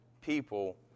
people